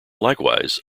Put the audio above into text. likewise